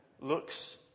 looks